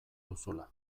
duzula